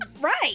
Right